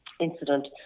incident